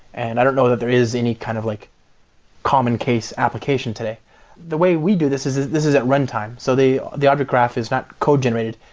and i don't know that there is any kind of like common case application today the way we do this, is is this is at runtime. so the the object graph is not code generated.